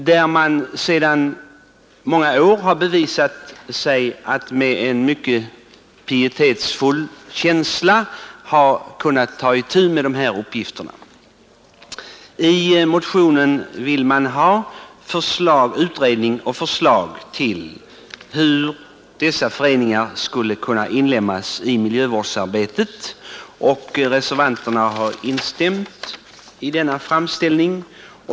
De har sedan många år bevisat att de med en mycket pietetsfull känsla har kunnat ta itu med dessa uppgifter. I motionen vill man ha utredning och förslag till hur dessa föreningar skulle kunna inlemmas i miljövårdsarbetet, och reservanterna har instämt i denna framställning.